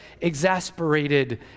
exasperated